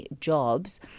jobs